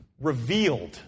revealed